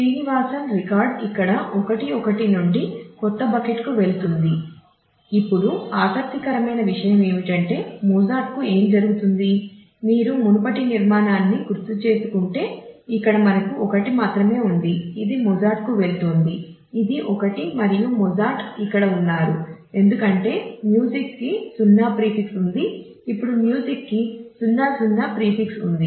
hash bucket address table ఉంది ఇప్పుడు music కి 0 0 ప్రీఫిక్స్ ఉంది